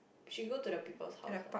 she go to the people's house ah